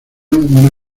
una